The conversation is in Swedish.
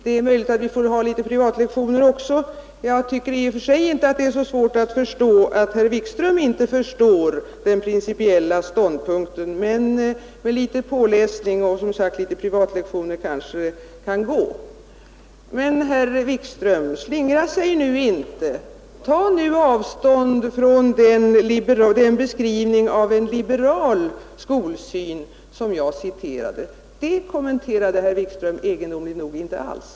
Det är möjligt att vi får ha litet privatlektioner också. Jag tycker i och för sig inte att det är svårt att förstå att herr Wikström inte förstår den principiella ståndpunkten, men med litet påläsning och som sagt litet privatlektioner kanske det kan gå. Men, herr Wikström, slingra Er nu inte! Tag nu avstånd från den beskrivning av en liberal skolsyn som jag citerade! Det kommenterade herr Wikström egendomligt nog inte alls.